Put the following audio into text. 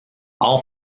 all